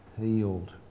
healed